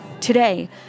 Today